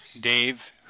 Dave